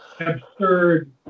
absurd